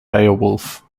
beowulf